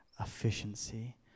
efficiency